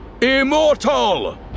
Immortal